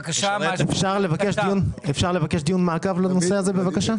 אפשר לבקש דיון מעקב לנושא הזה, בבקשה?